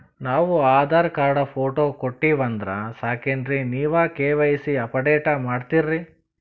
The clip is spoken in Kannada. ನಾವು ಆಧಾರ ಕಾರ್ಡ, ಫೋಟೊ ಕೊಟ್ಟೀವಂದ್ರ ಸಾಕೇನ್ರಿ ನೀವ ಕೆ.ವೈ.ಸಿ ಅಪಡೇಟ ಮಾಡ್ತೀರಿ?